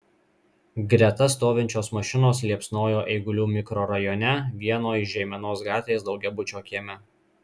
greta stovinčios mašinos liepsnojo eigulių mikrorajone vieno iš žeimenos gatvės daugiabučio kieme